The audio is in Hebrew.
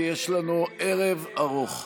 כי יש לנו ערב ארוך.